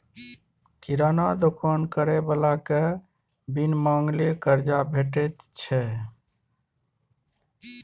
किराना दोकान करय बलाकेँ त बिन मांगले करजा भेटैत छै